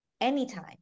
anytime